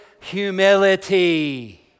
humility